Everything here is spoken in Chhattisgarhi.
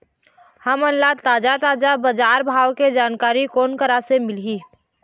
हमन ला ताजा ताजा बजार भाव के जानकारी कोन करा से मिलही?